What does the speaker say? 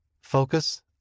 Focus